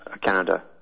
Canada